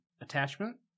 attachment